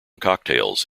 cocktails